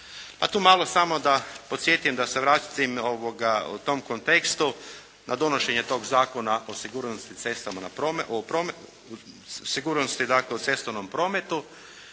A tu malo samo da podsjetim, da se vratim u tom kontekstu na donošenje tog Zakona o sigurnosti prometa